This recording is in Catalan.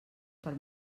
per